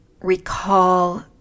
recall